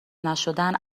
نشدن